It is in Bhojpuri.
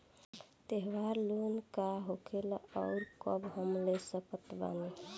त्योहार लोन का होखेला आउर कब हम ले सकत बानी?